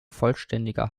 vollständiger